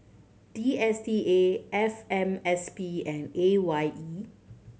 D S T A F M S P and A Y E